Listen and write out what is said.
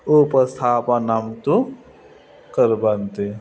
उपस्थापनं तु कर्वन्ति